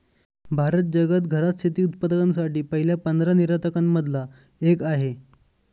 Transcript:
भारत जगात घरात शेती उत्पादकांसाठी पहिल्या पंधरा निर्यातकां न मधला एक आहे